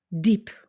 Deep